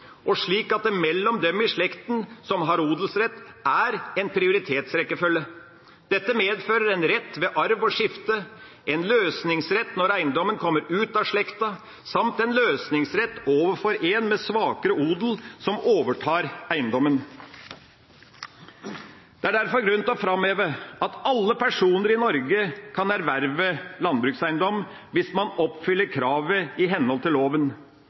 og slik at det mellom dem i slekten som har odelsrett, er en prioritetsrekkefølge. Dette medfører en rett ved arv og skifte, en løsningsrett når eiendommen kommer ut av slekten samt en løsningsrett overfor en med svakere odel som overtar eiendommen. Det er derfor grunn til å framheve at alle personer i Norge kan erverve landbrukseiendom, hvis man oppfyller kravet i henhold til loven.